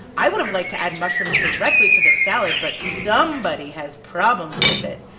i would have liked to add mushrooms directly to the salad, but somebody has problems with it.